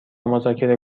مذاکره